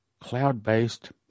Cloud-based